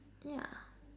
yeah